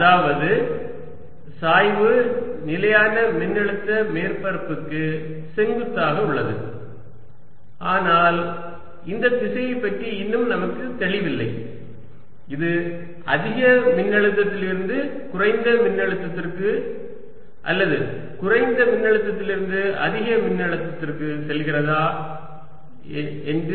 அதாவது சாய்வு நிலையான மின்னழுத்த மேற்பரப்புக்கு செங்குத்தாக உள்ளது ஆனால் இந்த திசையைப் பற்றி இன்னும் நமக்கு தெளிவில்லை இது அதிக மின்னழுத்தத்திலிருந்து குறைந்த மின்னழுத்தத்திற்கு அல்லது குறைந்த மின்னழுத்தத்திலிருந்து அதிக மின்னழுத்தத்திற்கு செல்கிறதா என்று